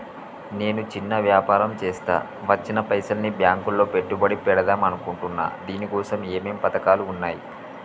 నేను చిన్న వ్యాపారం చేస్తా వచ్చిన పైసల్ని బ్యాంకులో పెట్టుబడి పెడదాం అనుకుంటున్నా దీనికోసం ఏమేం పథకాలు ఉన్నాయ్?